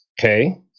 okay